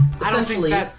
essentially